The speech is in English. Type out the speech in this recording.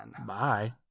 Bye